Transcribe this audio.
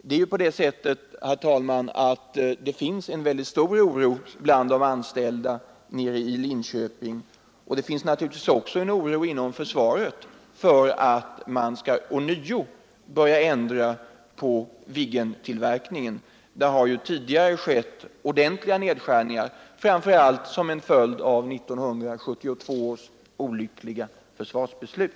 Det finns, herr talman, en mycket stor oro bland de anställda i Linköping, och det finns naturligtvis också en oro inom försvaret om att man ånyo skall börja ändra på Viggentillverkningen. Där har tidigare skett en ordentlig nedskärning, fram för allt som en följd av 1972 års olyckliga försvarsbeslut.